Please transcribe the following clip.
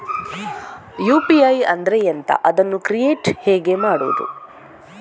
UPI ಅಂದ್ರೆ ಎಂಥ? ಅದನ್ನು ಕ್ರಿಯೇಟ್ ಹೇಗೆ ಮಾಡುವುದು?